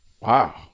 Wow